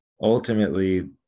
ultimately